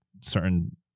certain